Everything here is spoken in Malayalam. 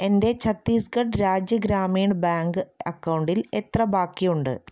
എൻ്റെ ഛത്തീസ്ഗഡ് രാജ്യ ഗ്രാമീണ ബാങ്ക് അക്കൗണ്ടിൽ എത്ര ബാക്കിയുണ്ട്